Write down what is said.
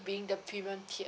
being the premium tier